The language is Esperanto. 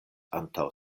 antaŭ